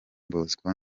bosco